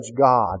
God